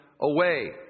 away